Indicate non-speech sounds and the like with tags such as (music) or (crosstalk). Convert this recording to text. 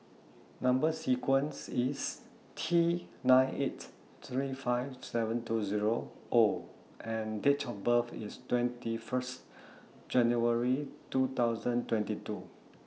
(noise) Number sequence IS T nine eight three five seven two Zero O and Date of birth IS twenty First January two thousand twenty two